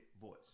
voice